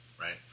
right